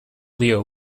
leo